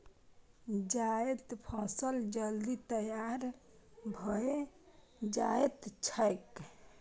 जायद फसल जल्दी तैयार भए जाएत छैक